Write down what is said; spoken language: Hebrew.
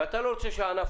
ואתה רוצה שהענף